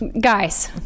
guys